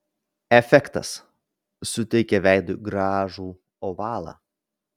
efektas suteikia veidui gražų ovalą